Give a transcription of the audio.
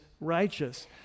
righteous